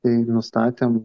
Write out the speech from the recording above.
tai nustatėm